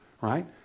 right